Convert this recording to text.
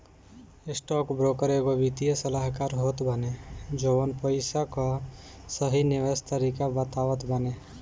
stockbroker एगो वित्तीय सलाहकार होत बाने जवन पईसा कअ सही निवेश तरीका बतावत बाने